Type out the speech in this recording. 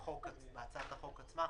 בהצעת החוק עצמה,